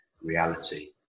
reality